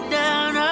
down